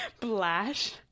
Blash